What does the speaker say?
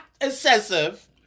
excessive